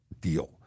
deal